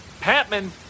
Patman